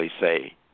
say